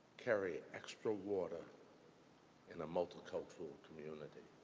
carry extra water in a multicultural community